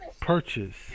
purchase